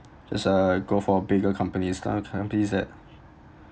just uh go for a bigger companies lah companies that